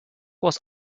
was